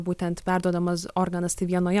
būtent perduodamas organas tai vienoje